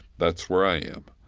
that's where i am,